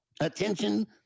Attention